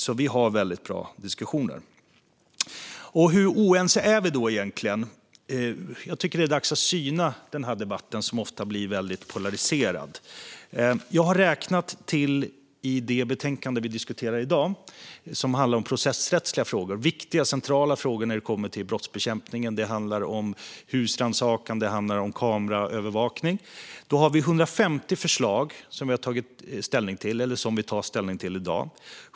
Vi har alltså väldigt bra diskussioner. Hur oense är vi egentligen? Jag tycker att det är dags att syna den debatten, som ofta blir väldigt polariserad. Jag har räknat. Det betänkande som vi diskuterar i dag handlar om processrättsliga frågor. Det är viktiga och centrala frågor när det kommer till brottsbekämpningen. Det handlar om husrannsakan. Det handlar om kameraövervakning. Vi har 150 förslag som vi tar ställning till i dag.